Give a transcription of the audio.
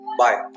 bye